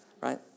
right